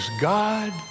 God